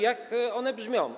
Jak one brzmią?